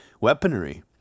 weaponry